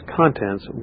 contents